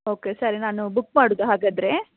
okay ಸರಿ ನಾನು book ಮಾಡುದಾ ಹಾಗಾದರೆ